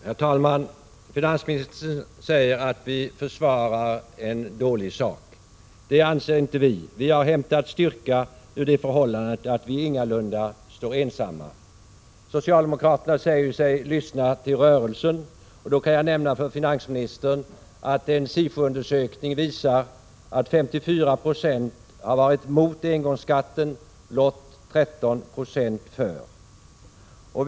Herr talman! Finansministern säger att vi försvarar en dålig sak. Det anser 12 december 1986 inte vi att vi gör. Vi har hämtat styrka i det förhållandet att vi ingalunda står — Jm en sek ensamma. Socialdemokraterna säger sig lyssna till rörelsen. Då kan jag nämna för finansministern att en SIFO-undersökning visar att 54 20 av medborgarna har varit emot engångsskatten — och blott 13 96 för.